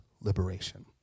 liberation